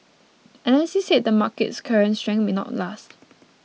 analysts said the market's current strength may not last